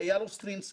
אני אוהב אתכם.